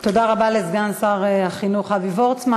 תודה רבה לסגן שר החינוך אבי וורצמן.